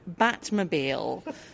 Batmobile